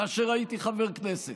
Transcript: כאשר הייתי חבר כנסת,